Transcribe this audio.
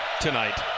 tonight